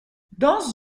dans